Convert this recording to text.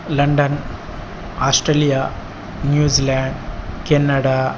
London Australia New Zealand Canada